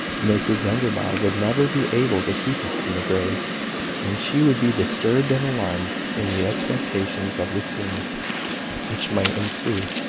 mrs enderby would never be able to keep it from the greys and she would be disturbed and alarmed in the expectation of the scenes which might ensue,